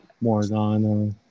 Morgana